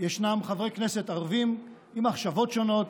יש חברי כנסת ערבים עם מחשבות שונות,